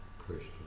Christian